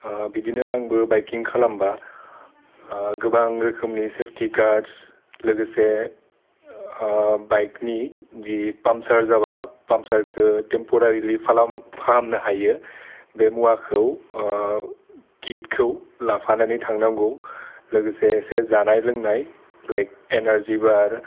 बिदिनो आंबो बाइकिं खालामबा गोबां रोखोमनि सेफटि गार्डस लोगोसे बाइकनि जि पाम्पचार जाबा पाम्पचारखो टेम्परारिलि फाहामनो हायो बे मुवाखौ कितखौ लाफानानै थांनांगौ लोगोसे एसे जानाय लोंनाय लाइक एनारजि बार